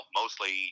mostly